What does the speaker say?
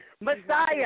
Messiah